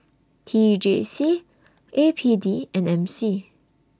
T J C A P D and M C